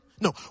No